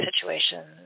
situations